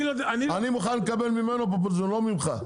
אני מוכן לקבל ממנו פופוליזם לא ממך.